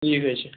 ٹھیٖک حظ چھُ